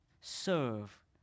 serve